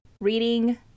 reading